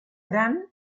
gran